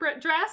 dress